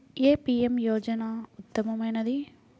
ఏ PM యోజన ఉత్తమమైనది?